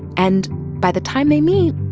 and by the time they meet,